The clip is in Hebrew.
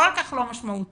כל כך לא משמעותי,